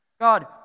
God